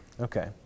Okay